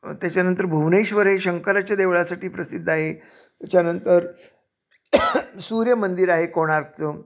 त्याच्यानंतर भुवनेश्वर हे शंकराच्या देवळासाठी प्रसिद्ध आहे त्याच्यानंतर सूर्य मंदिर आहे कोणार्कचं